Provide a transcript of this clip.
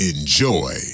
enjoy